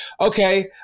okay